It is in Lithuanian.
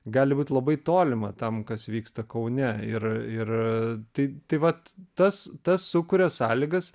gali būt labai tolima tam kas vyksta kaune ir ir tai vat tas tas sukuria sąlygas